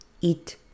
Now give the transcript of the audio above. eat